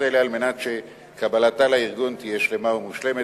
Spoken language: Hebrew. האלה כדי שקבלתה לארגון תהיה שלמה ומושלמת.